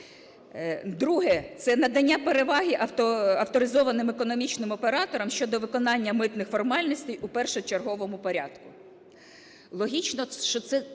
Друге. Це надання переваги авторизованим економічним операторам щодо виконання митних формальностей у першочерговому порядку.